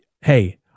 Hey